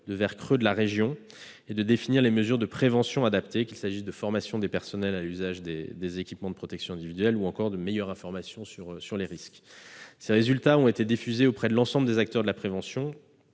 de verre creux de la région et de définir les mesures de prévention adaptées, qu'il s'agisse de la formation des personnels à l'usage des équipements de protection individuelle ou d'une meilleure information sur les risques. Ces résultats ont été diffusés auprès de l'ensemble des acteurs de la prévention